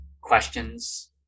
questions